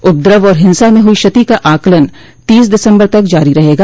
उपद्रव और हिंसा में हुई क्षति का आंकलन तीस दिसम्बर तक जारी रहेगा